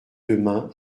demain